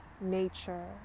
nature